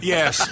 Yes